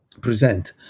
present